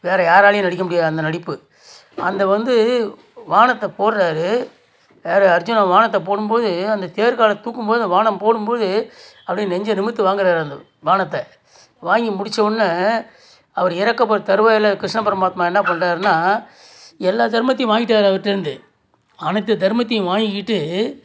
வேறு யாராலையும் நடிக்க முடியாது அந்த நடிப்பு அந்த வந்து பாணத்த போடுறாரு யார் அர்ஜுனன் பாணத்த போடும்போது அந்த தேர் காலை தூக்கும்போது பாணம் போடும்போது அப்டேயே நெஞ்ச நிமிர்த்து வாங்குறாரு அந்த பாணத்த வாங்கி முடிச்சவொடன்னே அவர் இறக்க போகிற தருவாயில் கிருஷ்ண பரமாத்மா என்ன பண்ணுறாருனா எல்லா தருமத்தையும் வாங்கிவிட்டாரு அவர்ட்டேந்து அனைத்து தருமத்தையும் வாங்கிகிட்டு